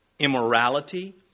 immorality